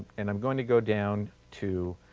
and i'm going to go down to,